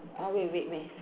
I wait wait wait